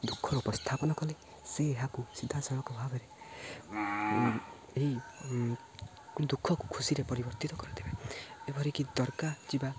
ଦୁଃଖ ଉପସ୍ଥାପନ କଲେ ସେ ଏହାକୁ ସିଧାସଳଖ ଭାବରେ ଏହି ଦୁଃଖକୁ ଖୁସିରେ ପରିବର୍ତ୍ତିତ କରିଦେବେ ଏଭରିକି ଦରଗା ଯିବା